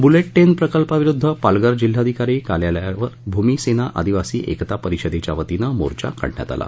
bullet train प्रकल्पाविरोधात पालघर जिल्हाधिकारी कार्यालयावर भूमी सेना आदिवासी एकता परिषदेच्या वतीनं मोर्चा काढण्यात आला